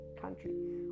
country